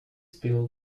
pill